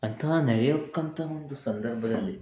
ಅಂತಹ ನಡಿಯೋಕಂತಹ ಒಂದು ಸಂದರ್ಭದಲ್ಲಿ